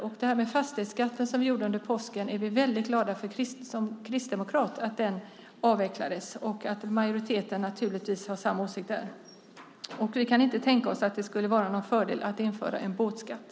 Att fastighetskatten avvecklas är vi väldigt glada för som kristdemokrater. Majoriteten har naturligtvis samma åsikt där. Vi kan inte tänka oss att det skulle vara någon fördel att införa en båtskatt.